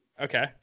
Okay